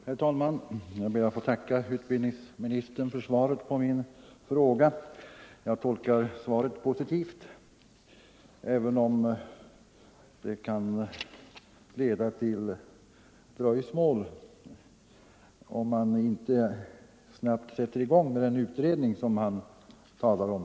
Herr talman! Jag ber att få tacka utbildningsministern för svaret på min fråga. Jag tolkar svaret positivt, även om det kan bli dröjsmål ifall man inte snabbt sätter i gång med den utredning som han talade om.